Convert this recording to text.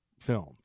film